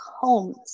homes